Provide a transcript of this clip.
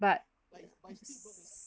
but